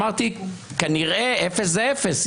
אמרתי: כנראה אפס זה אפס,